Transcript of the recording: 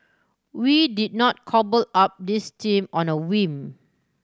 we did not cobble up this team on a whim